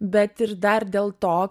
bet ir dar dėl to